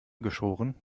geschoren